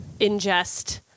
ingest